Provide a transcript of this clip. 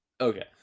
Okay